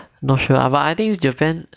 not sure but I think japan